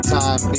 time